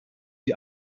die